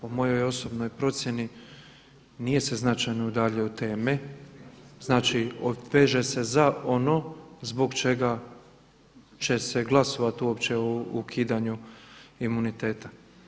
Po mojoj osobnoj procjeni nije se značajno udaljio od teme, znači veže se za ono zbog čega će se glasovati uopće o ukidanju imuniteta.